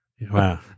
Wow